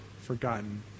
Forgotten